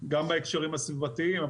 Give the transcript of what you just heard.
גם בהקשרים הסביבתיים,